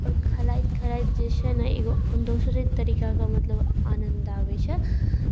आओर खेलैत खेलैत जे छै ने एगो दोसरे तरीकाके मतलब आनन्द आबै छै